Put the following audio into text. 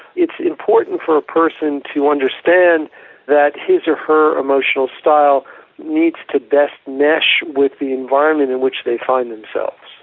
it's important for a person to understand that his or her emotional style needs to best mesh with the environment in which they find themselves.